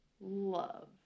love